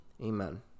amen